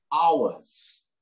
hours